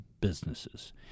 businesses